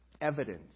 evidence